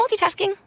multitasking